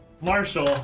Marshall